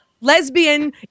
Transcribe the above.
lesbian